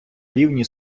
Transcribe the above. рівні